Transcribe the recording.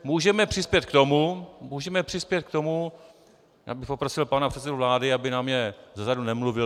Můžeme přispět k tomu, můžeme přispět k tomu já bych poprosil pana předsedu vlády, aby na mě zezadu nemluvil.